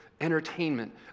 entertainment